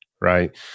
right